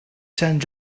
sant